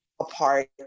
apart